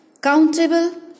countable